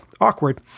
awkward